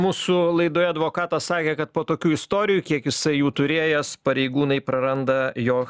mūsų laidoje advokatas sakė kad po tokių istorijų kiek jisai jų turėjęs pareigūnai praranda jo